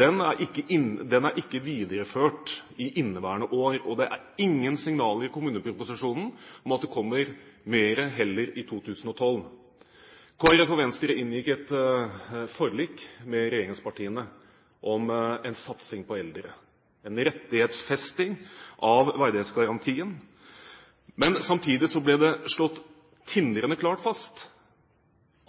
Den er ikke videreført i inneværende år, og det er heller ingen signaler i kommuneproposisjonen om at det kommer mer i 2012. Kristelig Folkeparti og Venstre inngikk et forlik med regjeringspartiene om en satsing på eldre, en rettighetsfesting av verdighetsgarantien. Men samtidig ble det slått tindrende klart fast